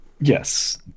yes